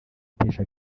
atesha